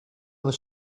was